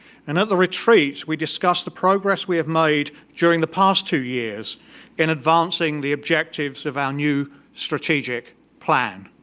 and at the retreat we discussed the progress we have made during the past two years in advancing the objectives of our new strategic plan.